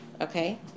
Okay